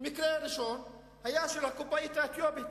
המקרה הראשון היה של הקופאית האתיופית,